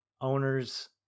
owners